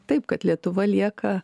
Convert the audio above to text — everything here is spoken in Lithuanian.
taip kad lietuva lieka